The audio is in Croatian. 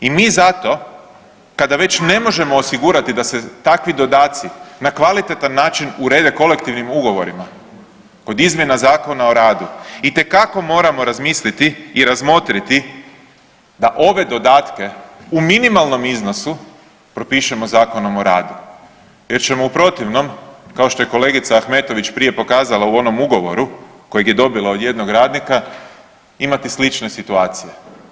I mi zato kada već ne možemo osigurati da se takvi dodaci na kvalitetan način urede kolektivnim ugovorima kod izmjena Zakona o radu, itekako moramo razmisliti i razmotriti da ove dodatke u minimalnom iznosu propišemo Zakonom o radu jer ćemo u protivnom, kao što je kolegica Ahmetović prije pokazala u onom ugovoru koji je dobila od jednog radnika, imati slične situacije.